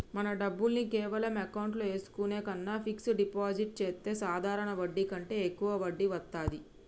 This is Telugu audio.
మన డబ్బుల్ని కేవలం అకౌంట్లో ఏసుకునే కన్నా ఫిక్సడ్ డిపాజిట్ చెత్తే సాధారణ వడ్డీ కంటే యెక్కువ వడ్డీ వత్తాది